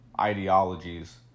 ideologies